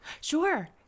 Sure